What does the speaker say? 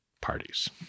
parties